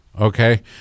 Okay